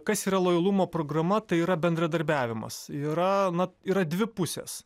kas yra lojalumo programa tai yra bendradarbiavimas yra na yra dvi pusės